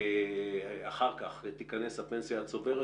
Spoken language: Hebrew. ואחר כך תיכנס הפנסיה הצוברת,